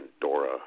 Dora